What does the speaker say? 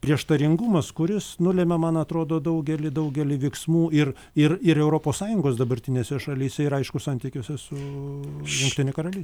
prieštaringumas kuris nulemia man atrodo daugelį daugelį veiksmų ir ir ir europos sąjungos dabartinėse šalyse ir aišku santykiuose su šiukšlini karalius